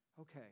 okay